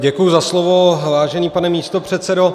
Děkuji za slovo, vážený pane místopředsedo.